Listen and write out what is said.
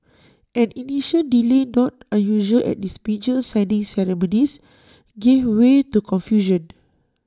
an initial delay not unusual at these major signing ceremonies gave way to confusion